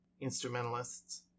instrumentalists